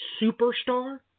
superstar